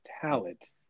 talent